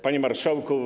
Panie Marszałku!